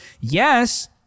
Yes